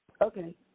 Okay